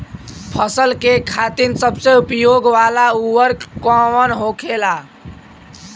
फसल के खातिन सबसे उपयोग वाला उर्वरक कवन होखेला?